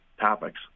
topics